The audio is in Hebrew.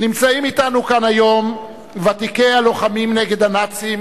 נמצאים אתנו כאן היום ותיקי הלוחמים נגד הנאצים